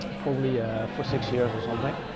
ah probably ah for six years or something.